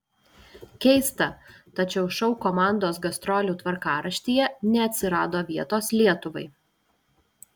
keista tačiau šou komandos gastrolių tvarkaraštyje neatsirado vietos lietuvai